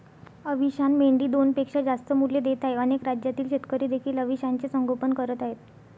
अविशान मेंढी दोनपेक्षा जास्त मुले देत आहे अनेक राज्यातील शेतकरी देखील अविशानचे संगोपन करत आहेत